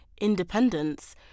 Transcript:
independence